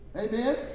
amen